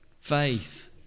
Faith